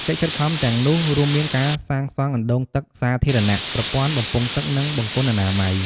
កិច្ចខិតខំទាំងនោះរួមមានការសាងសង់អណ្តូងទឹកសាធារណៈ ប្រព័ន្ធបំពង់ទឹក និងបង្គន់អនាម័យ។